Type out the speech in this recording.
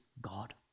God